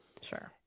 Sure